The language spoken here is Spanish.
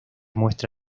muestra